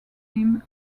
him